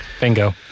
Bingo